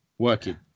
Working